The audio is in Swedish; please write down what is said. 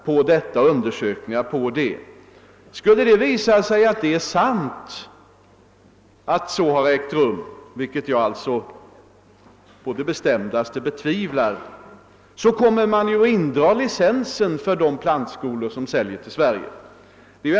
Skulle uppgifterna visa sig vara riktiga — vilket jag alltså på det bestämdaste betvivlar — kommer växtskyddsanstalten att dra in licensen för de plantskolor som säljer till Sverige.